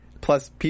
plus